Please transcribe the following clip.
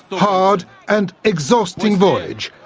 hard and exhausting voyage,